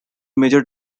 major